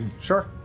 sure